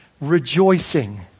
rejoicing